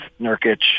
Nurkic